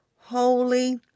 holy